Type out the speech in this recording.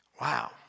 Wow